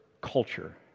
culture